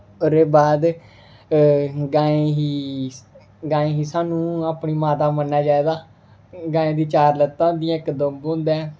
होर एह्दे बाद गाएं ही गाएं ही सानूं अपनी माता मनन्ना चाहिदा गाएं दी चार लत्तां होंदियां न इक दुम्ब होंदा ऐ